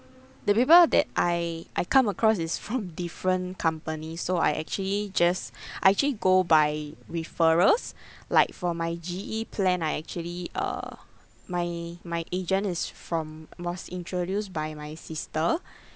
the people that I I come across is from different companies so I actually just I actually go by referrals like for my G_E plan I actually uh my my agent is from was introduced by my sister